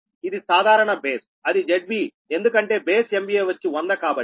ఇది సాధారణ బేస్అది ZB ఎందుకంటే బేస్ MVA వచ్చి 100 కాబట్టి